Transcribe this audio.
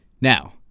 Now